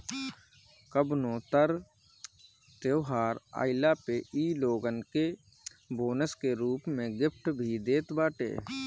कवनो तर त्यौहार आईला पे इ लोगन के बोनस के रूप में गिफ्ट भी देत बाटे